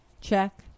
check